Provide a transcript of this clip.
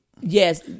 yes